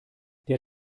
der